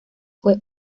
fue